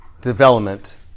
development